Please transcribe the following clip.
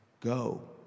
go